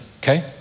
Okay